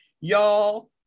Y'all